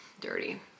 dirty